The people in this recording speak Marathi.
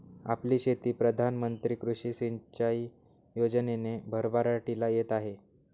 आपली शेती प्रधान मंत्री कृषी सिंचाई योजनेने भरभराटीला येत आहे